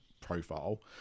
profile